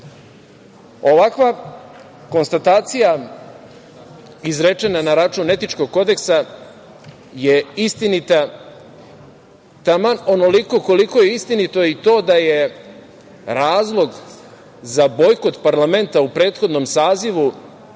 Ovakva konstatacija izrečena na račun etičkog kodeksa je istinita taman onoliko koliko je istinito i to da je razlog za bojkot parlamenta u prethodnom sazivu